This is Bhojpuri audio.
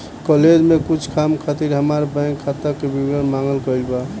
कॉलेज में कुछ काम खातिर हामार बैंक खाता के विवरण मांगल गइल बा